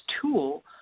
tool